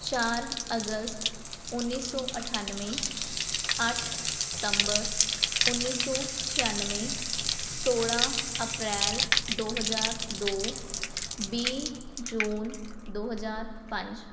ਚਾਰ ਅਗਸਤ ਉੱਨੀ ਸੌ ਅਠਾਨਵੇਂ ਅੱਠ ਸਤੰਬਰ ਉੱਨੀ ਸੌ ਛਿਆਨਵੇਂ ਸੋਲ੍ਹਾਂ ਅਪ੍ਰੈਲ ਦੋ ਹਜ਼ਾਰ ਦੋ ਵੀਹ ਜੂਨ ਦੋ ਹਜ਼ਾਰ ਪੰਜ